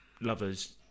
lovers